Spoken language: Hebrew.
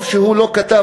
טוב שהוא לא כתב,